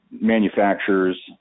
manufacturers